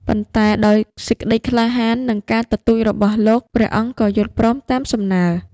ប៉ុន្តែដោយសេចក្ដីក្លាហាន និងការទទូចរបស់លោក ព្រះអង្គក៏យល់ព្រមតាមសំណើ។